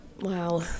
wow